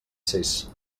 sis